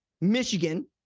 Michigan